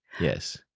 Yes